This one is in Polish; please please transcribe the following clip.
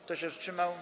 Kto się wstrzymał?